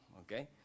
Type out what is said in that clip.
okay